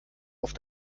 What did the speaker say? auf